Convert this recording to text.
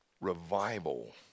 revival